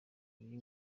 kurya